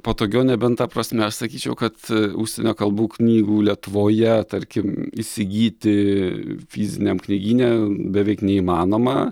patogiau nebent ta prasme aš sakyčiau kad užsienio kalbų knygų lietuvoje tarkim įsigyti fiziniam knygyne beveik neįmanoma